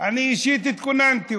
אני, אישית, התכוננתי.